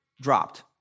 dropped